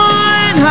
one